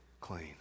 clean